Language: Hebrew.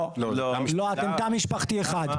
לא, אתם תא משפחתי אחד.